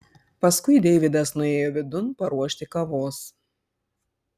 paskui deividas nuėjo vidun paruošti kavos